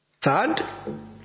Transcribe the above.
third